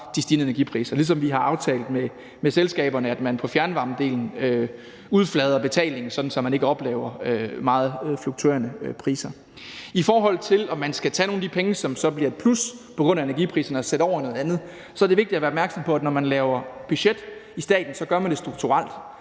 de stigende energipriser. Vi har ligeledes aftalt med selskaberne, at de på fjernvarmedelen udflader betalingen, så man ikke oplever meget fluktuerende priser. I forhold til spørgsmålet om, om man skal tage nogle af de penge, som så bliver et plus på grund af energipriserne, og sætte dem over i noget andet, er det vigtigt at være opmærksom på, at når man laver budget i staten, gør man det strukturelt.